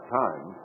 time